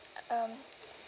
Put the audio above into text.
um